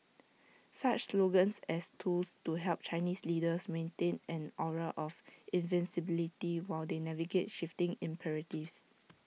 such slogans as tools to help Chinese leaders maintain an aura of invincibility while they navigate shifting imperatives